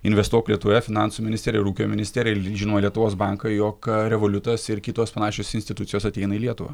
investuok lietuvoje finansų ministeriją ir ūkio ministeriją žinoma lietuvos banką jog revoliutas ir kitos panašios institucijos ateina į lietuvą